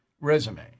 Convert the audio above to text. resume